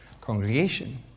congregation